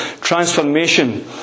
transformation